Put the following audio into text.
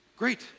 great